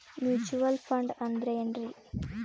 Mutual fund ಅಂದ್ರೆನ್ರಿ?